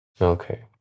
Okay